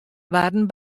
waarden